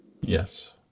Yes